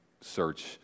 search